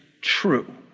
true